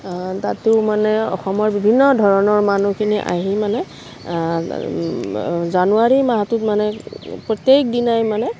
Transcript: তাতো মানে অসমৰ বিভিন্ন ধৰণৰ মানুহখিনি আহি মানে জানুৱাৰী মাহটোত মানে প্ৰত্যেক দিনাই মানে